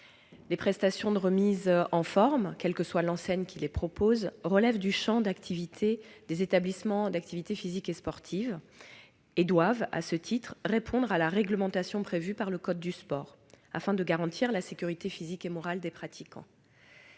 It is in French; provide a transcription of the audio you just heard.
Les prestations de remise en forme, quelle que soit l'enseigne qui les propose, relèvent du champ d'activités des établissements d'activités physiques ou sportives et doivent, à ce titre, répondre à la réglementation prévue par le code du sport, afin de garantir la sécurité physique et morale des pratiquants.